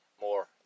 more